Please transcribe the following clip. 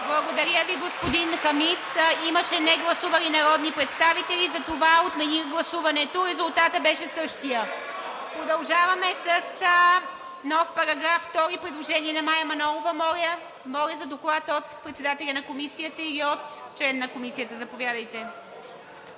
ИВА МИТЕВА: Господин Хамид, имаше негласували народни представители и затова отмених гласуването. Резултатът беше същият. Продължаваме с нов § 2 – предложение на Мая Манолова. Моля за Доклад от председателя на Комисията или от член на Комисията. Заповядайте.